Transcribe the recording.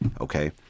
Okay